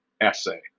essay